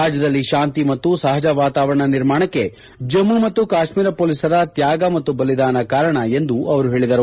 ರಾಜ್ಯದಲ್ಲಿ ಶಾಂತಿ ಮತ್ತು ಸಹಜ ವಾತಾವರಣ ನಿರ್ಮಾಣಕ್ಕೆ ಜಮ್ಮು ಮತ್ತು ಕಾಶ್ಮೀರ ಪೊಲೀಸರ ತ್ಯಾಗ ಮತ್ತು ಬಲಿದಾನ ಕಾರಣ ಎಂದು ಹೇಳಿದರು